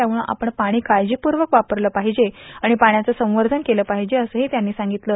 त्यामुळं आपण पाणी काळजीपूर्वक वापरलं पाहीजे आणि पाण्याचं संवर्धन केलं पाहिजे असं ही त्यांनी सांगितलं